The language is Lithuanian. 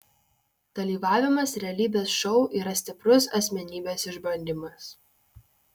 dalyvavimas realybės šou yra stiprus asmenybės išbandymas